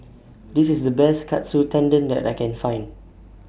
This IS The Best Katsu Tendon that I Can Find